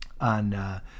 on